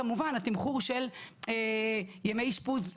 גם כמובן התמחור של ימי אשפוז,